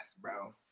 bro